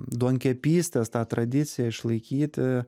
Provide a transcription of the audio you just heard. duonkepystės tą tradiciją išlaikyti